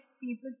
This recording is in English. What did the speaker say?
people